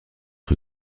que